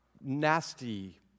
nasty